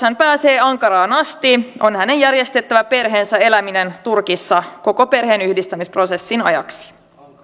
hän pääsee ankaraan asti on hänen järjestettävä perheensä eläminen turkissa koko perheenyhdistämisprosessin ajaksi